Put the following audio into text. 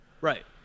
Right